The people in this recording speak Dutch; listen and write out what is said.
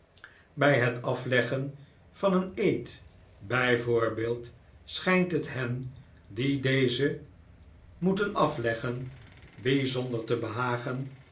bij het afleggen van een eed bij voorbeeld schijnt het hen die deze moeten afleggen bijzonder te behagen